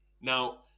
Now